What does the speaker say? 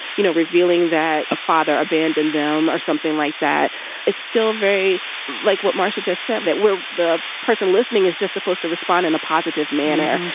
you know, revealing that a father abandoned them or something like that it's still very like what marsha just said, that we're the person listening is just supposed to respond in a positive manner.